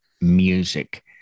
music